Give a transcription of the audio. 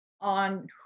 on